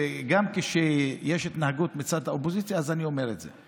גם כשיש התנהגות מצד האופוזיציה אני אומר את זה.